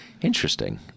Interesting